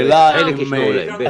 חלק ישמעו להם, בטח.